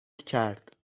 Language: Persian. کرد